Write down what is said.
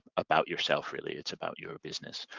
about yourself really, it's about your business.